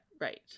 Right